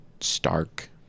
stark